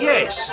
Yes